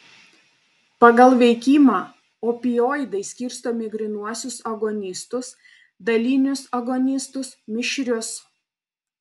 pagal veikimą opioidai skirstomi į grynuosius agonistus dalinius agonistus mišrius